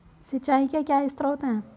सिंचाई के क्या स्रोत हैं?